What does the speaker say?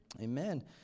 Amen